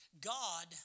God